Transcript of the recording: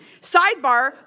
Sidebar